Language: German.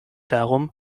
darum